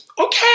Okay